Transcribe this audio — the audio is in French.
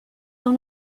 dans